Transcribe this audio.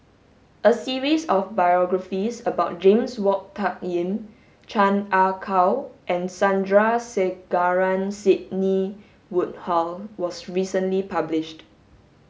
a series of biographies about James Wong Tuck Yim Chan Ah Kow and Sandrasegaran Sidney Woodhull was recently published